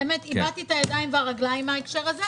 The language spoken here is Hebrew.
באמת איבדתי את הידיים והרגליים בהקשר הזה.